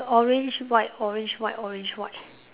orange white orange white orange white